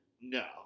No